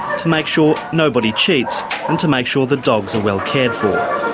to make sure nobody cheats, and to make sure the dogs are well cared for.